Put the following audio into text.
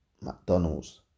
McDonald's